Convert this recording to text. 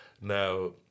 Now